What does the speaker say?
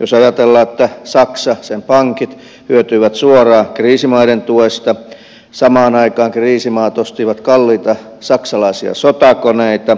jos ajatellaan että saksa ja sen pankit hyötyivät suoraan kriisimaiden tuesta samaan aikaan kriisimaat ostivat kalliita saksalaisia sotakoneita